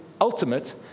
ultimate